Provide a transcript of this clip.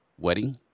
wedding